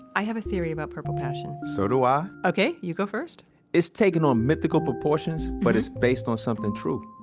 i have a theory about purple passion so do i ah okay. you go first it's taken on mythical proportions, but it's based on something true.